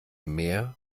mehr